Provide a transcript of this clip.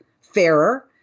fairer